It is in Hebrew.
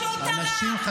בחיים שלך